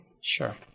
Sure